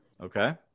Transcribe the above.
Okay